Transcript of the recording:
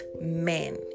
men